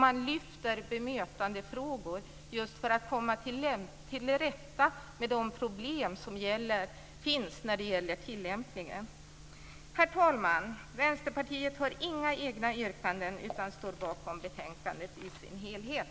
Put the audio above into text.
Man lyfter också fram bemötandefrågor för att komma till rätta med de problem som finns när det gäller tillämpningen. Herr talman! Västerpartiet har inga egna yrkanden utan står bakom hemställan i betänkandet i dess helhet.